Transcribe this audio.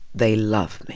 they love me.